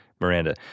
Miranda